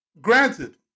Granted